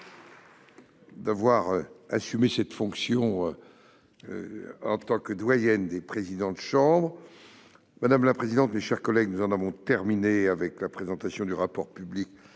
d'avoir assumé cette fonction en tant que doyenne des présidents de chambre de la Cour des comptes. Nous en avons terminé avec la présentation du rapport public